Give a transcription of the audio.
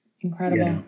Incredible